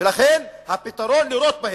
ולכן הפתרון הוא לירות בהם.